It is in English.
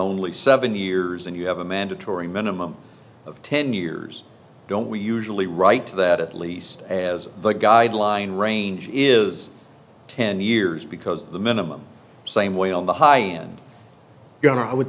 only seven years and you have a mandatory minimum of ten years don't we usually write that at least as the guideline range is ten years because the minimum same way on the high end you are i would